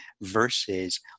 versus